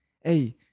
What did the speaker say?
hey